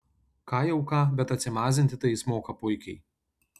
ką jau ką bet atsimazinti tai jis moka puikiai